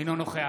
אינו נוכח